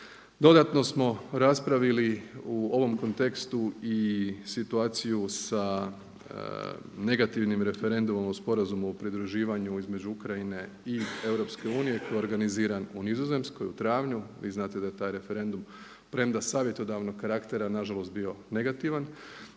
Dodatno smo raspravili u ovom kontekstu i situaciju sa negativnim referendumom o Sporazumu o pridruživanju između Ukrajine i EU koji je organiziran u Nizozemskoj u travnju. Vi znate da je taj referendum premda savjetodavnog karaktera nažalost bio negativan.